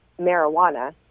marijuana